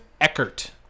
Eckert